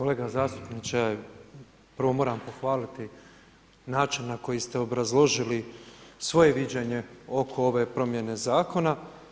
Kolega zastupniče, prvo moram pohvaliti način na koji ste obrazložili svoje viđenje oko ove promjene zakona.